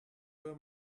were